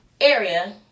area